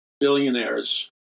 billionaires